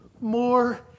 more